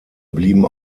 blieben